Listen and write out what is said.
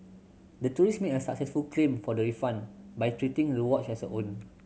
the tourist made a successful claim for the refund by treating the watch as her own